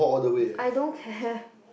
I don't care